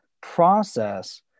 process